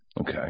Okay